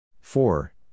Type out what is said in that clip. four